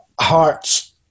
Hearts